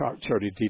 Charity